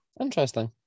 Interesting